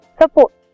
support